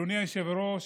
אדוני היושב-ראש,